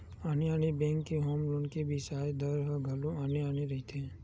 आने आने बेंक के होम लोन के बियाज दर ह घलो आने आने रहिथे